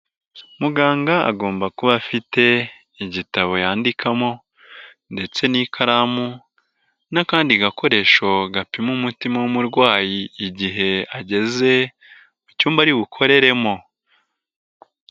Muganga agomba kuba afite igitabo yandikamo ndetse n'ikaramu n'akandi gakoresho gapima umutima w'umurwayi igihe ageze mu cyumba ari bukoreremo.